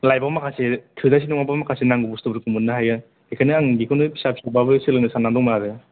लाइफआव माखासे थोजासे नङाबाबो माखासे नांगौ बुस्तुफोरखौ मोननो हायो बेनिखायनो आं बेखौनो फिसा फिसौबाबो सोलोंनो साननानै दंमोन आरो